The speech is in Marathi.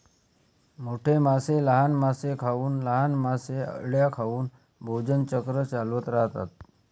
मोठे मासे लहान मासे खाऊन, लहान मासे अळ्या खाऊन भोजन चक्र चालवत राहतात